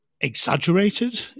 exaggerated